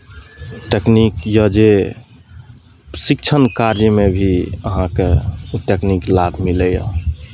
तकनीक यए जे शिक्षण कार्यमे भी अहाँकेँ टेकनीक लाभ मिलैए